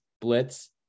Blitz